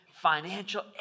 financial